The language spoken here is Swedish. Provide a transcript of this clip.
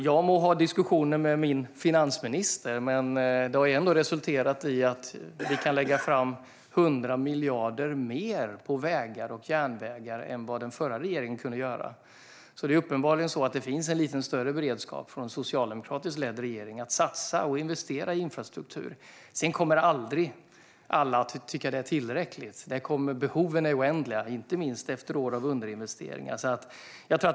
Jag må ha diskussioner med min finansminister, men de har ändå resulterat i att vi kan lägga 100 miljarder mer på vägar och järnvägar än vad den förra regeringen gjorde. Uppenbarligen finns det alltså en lite större beredskap hos en socialdemokratiskt ledd regering att satsa på och investera i infrastruktur. Det kommer dock aldrig vara så att alla tycker att det är tillräckligt. Behoven är oändliga, inte minst efter år av underinvesteringar.